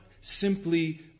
simply